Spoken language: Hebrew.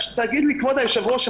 כבוד היושב ראש,